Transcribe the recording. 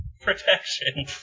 protection